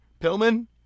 Pillman